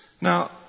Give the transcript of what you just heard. Now